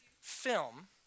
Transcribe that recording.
film